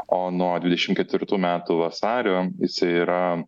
o nuo dvidešim ketvirtų metų vasario jisai yra